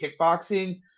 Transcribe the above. kickboxing